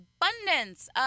abundance